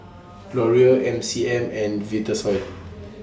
Laurier M C M and Vitasoy